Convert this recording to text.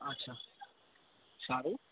અચ્છા સારું